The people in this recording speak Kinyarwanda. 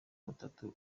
batatu